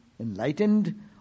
enlightened